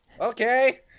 Okay